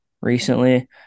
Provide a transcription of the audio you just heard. recently